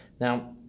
now